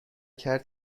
کرد